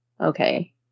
okay